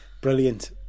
Brilliant